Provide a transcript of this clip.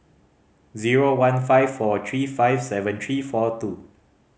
zero one five four three five seven three four two